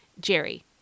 Jerry